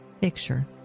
picture